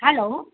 hello